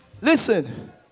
Listen